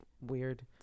weird